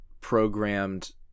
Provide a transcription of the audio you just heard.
programmed